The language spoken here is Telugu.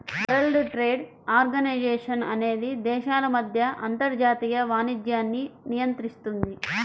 వరల్డ్ ట్రేడ్ ఆర్గనైజేషన్ అనేది దేశాల మధ్య అంతర్జాతీయ వాణిజ్యాన్ని నియంత్రిస్తుంది